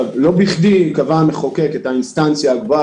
לא בכדי קבע המחוקק את האינסטנציה הגבוהה,